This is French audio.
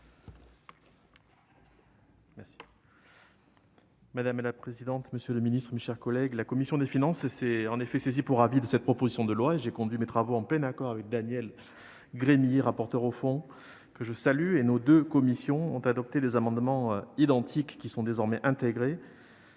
avis. Madame la présidente, monsieur le ministre délégué, mes chers collègues, la commission des finances s'est saisie pour avis de cette proposition de loi. J'ai conduit mes travaux en plein accord avec Daniel Gremillet, rapporteur au fond, et nos deux commissions ont adopté des amendements identiques, qui sont désormais intégrés